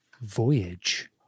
Voyage